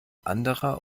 anderer